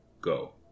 go